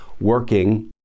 working